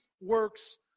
works